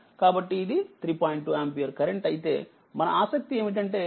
2 ampere current అయితే మన ఆసక్తిఏమిటంటేఅది3